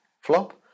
Flop